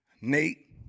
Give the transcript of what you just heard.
Nate